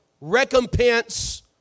recompense